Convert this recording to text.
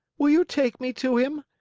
will you take me to him?